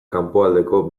kanpoaldeko